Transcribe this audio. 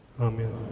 Amen